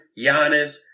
Giannis